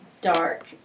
dark